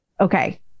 Okay